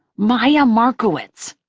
maya markowitz.